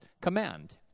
command